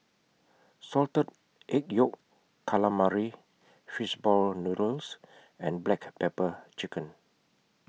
Salted Egg Yolk Calamari Fish Ball Noodles and Black Pepper Chicken